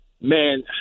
man